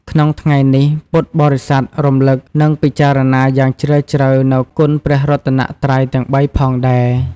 ក្នុងថ្ងៃនេះ ពុទ្ធបរិស័ទរំលឹក និងពិចារណាយ៉ាងជ្រាលជ្រៅនូវគុណព្រះរតនត្រ័យទាំងបីផងដែរ។